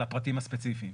הפרטים הספציפיים.